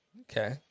Okay